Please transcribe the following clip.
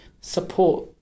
support